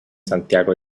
santiago